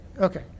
Okay